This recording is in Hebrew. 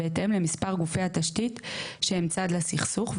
בהתאם למספר גופי התשתית שהם צד לסכסוך,